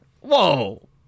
Whoa